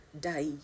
die